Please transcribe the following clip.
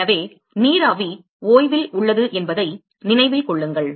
எனவே நீராவி ஓய்வில் உள்ளது என்பதை நினைவில் கொள்ளுங்கள்